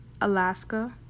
Alaska